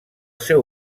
seu